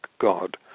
god